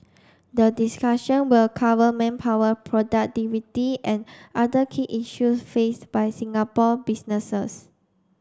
the discussion will cover manpower productivity and other key issues faced by Singapore businesses